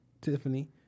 Tiffany